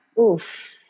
Oof